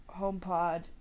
HomePod